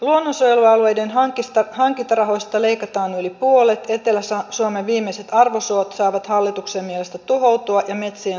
luonnonsuojelualueiden hankintarahoista leikataan yli puolet etelä suomen viimeiset arvosuot saavat hallituksen mielestä tuhoutua ja metsien suojelu hidastuu